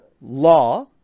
law